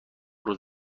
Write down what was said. روز